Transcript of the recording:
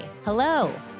Hello